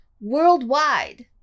worldwide